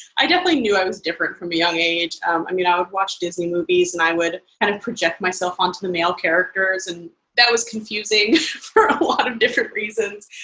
i definitely knew i was different from a young age. um i mean, i would watch disney movies and i would kind of project myself onto the male characters, and that was confusing for a lot of different reasons.